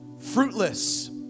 fruitless